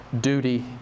duty